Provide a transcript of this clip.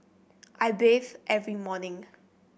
I bathe every morning